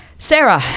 Sarah